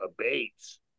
abates